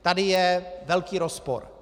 Tady je velký rozpor.